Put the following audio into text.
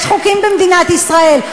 יש חוקים במדינת ישראל,